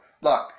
Look